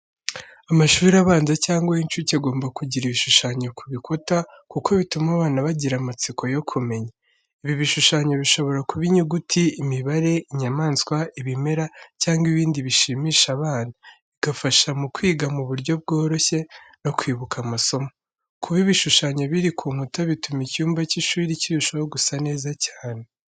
Amashuri abanza cyangwa ay'incuke agomba kugira ibishushanyo ku bikuta, kuko bituma abana bagira amatsiko yo kumenya. Ibi bishushanyo bishobora kuba inyuguti, imibare, inyamaswa, ibimera, cyangwa ibindi bishimisha abana, bigafasha mu kwiga mu buryo bworoshye no kwibuka amasomo. Kuba ibishushanyo biri ku nkuta bituma icyumba cy'ishuri kirushaho gusa neza cyane.